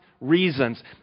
reasons